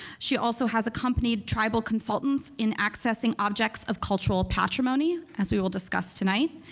she also has accompanied tribal consultants in accessing objects of cultural patrimony, as we will discuss tonight.